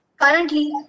currently